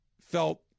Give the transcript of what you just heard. felt